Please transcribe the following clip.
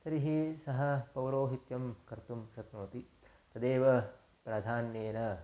तर्हि सः पौरोहित्यं कर्तुं शक्नोति तदेव प्राधान्येन